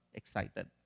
excited